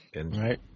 right